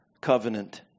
covenant